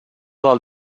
del